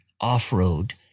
off-road